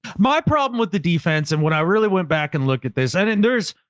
my problem with the defense and when i really went back and looked at this, i didn't there's.